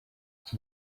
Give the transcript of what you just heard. iki